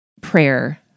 prayer